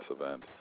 event